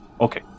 Okay